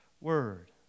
word